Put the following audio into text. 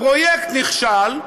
הפרויקט נכשל,